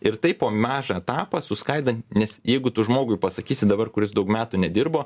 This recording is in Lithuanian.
ir taip po mažą etapą suskaidant nes jeigu tu žmogui pasakysi dabar kuris daug metų nedirbo